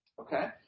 Okay